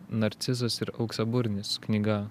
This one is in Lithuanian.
narcizas ir auksaburnis knyga